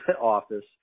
office